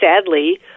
sadly